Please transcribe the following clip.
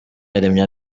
yaremye